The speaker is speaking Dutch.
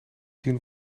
zien